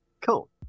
Cool